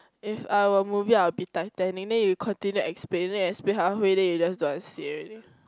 if I were a movie I will be Titanic then you continue explaining then explain halfway then you don't want to say already